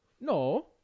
No